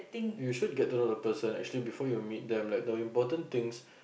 you should get to know the person actually before you meet the important things